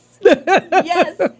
Yes